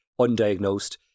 undiagnosed